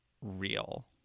real